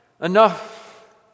enough